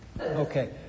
Okay